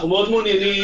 אנחנו מאוד מעוניינים,